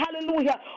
hallelujah